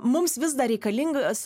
mums vis dar reikalingas